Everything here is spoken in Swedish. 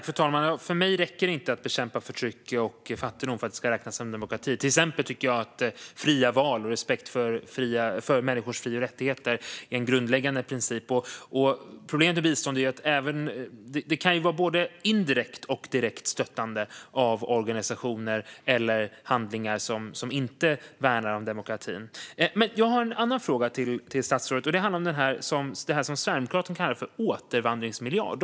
Fru talman! För mig räcker det inte att bekämpa förtryck och fattigdom för att det ska räknas som demokrati. Till exempel tycker jag att fria val och respekt för människors fri och rättigheter är en grundläggande princip. Problemet med bistånd är att det kan vara ett både indirekt och direkt stöttande av organisationer eller aktörer som inte värnar om demokratin. Jag har en annan fråga till statsrådet. Den handlar om det som Sverigedemokraterna kallar återvandringsmiljard.